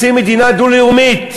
רוצים מדינה דו-לאומית.